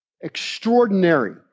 extraordinary